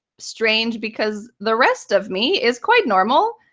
strange because the rest of me is quite normal,